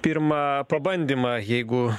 pirmą pabandymą jeigu